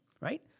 right